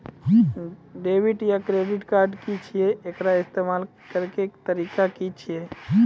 Debit या credit card की छियै? एकर इस्तेमाल करैक तरीका की छियै?